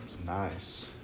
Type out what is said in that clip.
nice